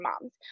moms